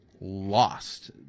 lost